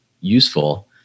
useful